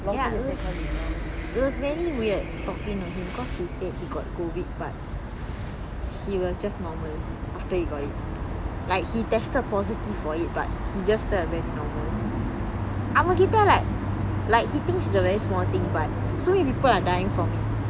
ya it was really weird talking to him because he said he got COVID but he was just normal after he got it like he tested positive for it but he just felt very normal அவன் கிட்ட:avan kitta like like he thinks is a very small thing but so many people are dying from it